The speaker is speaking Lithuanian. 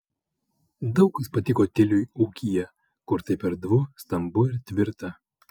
daug kas patiko tiliui ūkyje kur taip erdvu stambu ir tvirta